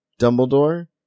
Dumbledore